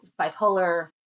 bipolar